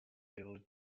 early